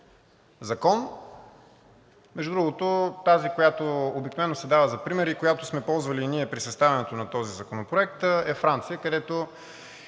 закон. Между другото, тази, която обикновено се дава за пример и която ние сме ползвали при съставянето на този законопроект, е Франция, където